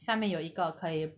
下面有一个可以